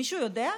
מישהו יודע?